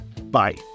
Bye